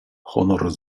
honor